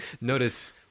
Notice